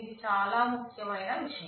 ఇది చాలా ముఖ్యమైన విషయం